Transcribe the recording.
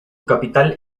capital